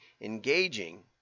engaging